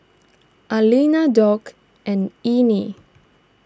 Aliana Dock and Ernie